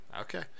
Okay